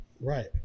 Right